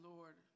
Lord